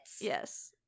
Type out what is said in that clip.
yes